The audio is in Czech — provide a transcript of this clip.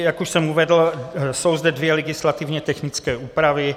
Jak už jsem uvedl, jsou zde dvě legislativně technické úpravy.